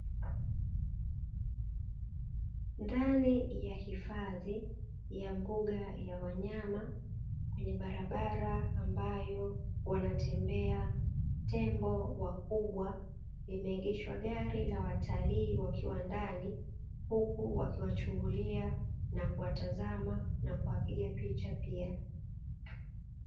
Ndani ya hifadhi ya mbuga za wanyama kwenye barabara ambayo wanatembea tembo wakubwa limeegeshwa gari la watalii wakiwa ndani huku wakiwachungulia wakiwatazama na wakiwapiga picha pia.